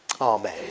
Amen